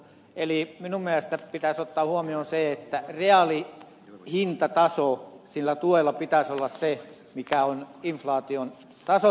minun mielestäni pitäisi ottaa huomioon se että reaalihintatason sillä tuella pitäisi olla se mikä on inflaation taso